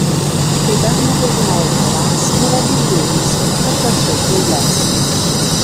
kai dar nepažinojau tavęs buvau girdėjusi kad rašai eiles